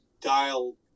dial